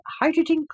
hydrogen